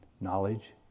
knowledge